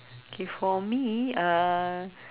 K for me uh